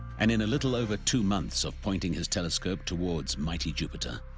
and in a little over two months of pointing his telescope towards mighty jupiter,